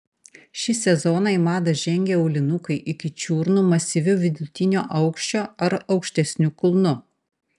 šį sezoną į madą žengė aulinukai iki čiurnų masyviu vidutinio aukščio ar aukštesniu kulnu